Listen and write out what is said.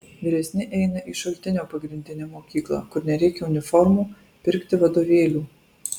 vyresni eina į šaltinio pagrindinę mokyklą kur nereikia uniformų pirkti vadovėlių